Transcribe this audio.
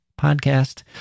podcast